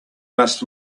must